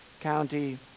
county